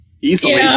easily